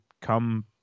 come